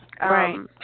Right